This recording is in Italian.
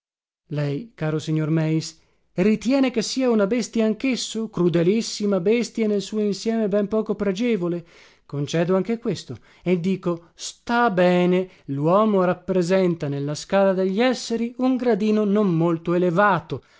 lei caro signor meis ritiene che sia una bestia anchesso crudelissima bestia e nel suo insieme ben poco pregevole concedo anche questo e dico sta bene luomo rappresenta nella scala degli esseri un gradino non molto elevato